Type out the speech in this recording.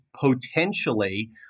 potentially